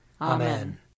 Amen